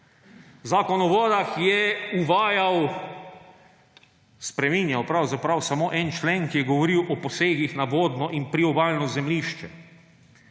Zakon o vodah je uvajal, spreminjal pravzaprav samo en člen, ki je govoril o posegih na vodno in priobalno zemljišče.